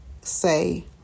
say